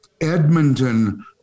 Edmonton